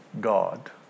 God